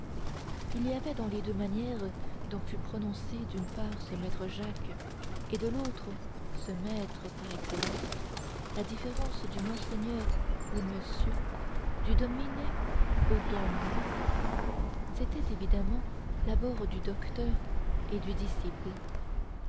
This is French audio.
il y avait dans les deux manières dont fut prononcé d'une part ce maître jacques de l'autre ce maître par excellence la différence du monseigneur au monsieur du domine au domne c'était évidemment l'abord du docteur et du disciple